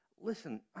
Listen